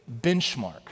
benchmark